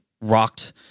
rocked